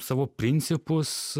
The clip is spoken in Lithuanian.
savo principus